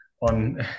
On